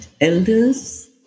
elders